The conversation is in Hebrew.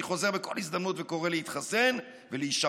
ואני חוזר בכל הזדמנות וקורא להתחסן ולהישמר.